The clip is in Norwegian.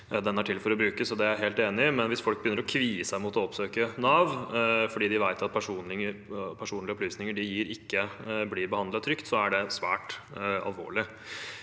den er til for å brukes. Det er jeg helt enig i, men hvis folk begynner å kvie seg for å oppsøke Nav fordi de vet at personlige opplysninger de gir, ikke blir behandlet trygt, er det svært alvorlig.